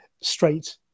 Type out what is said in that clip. straight